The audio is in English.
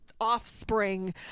offspring